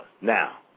Now